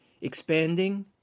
expanding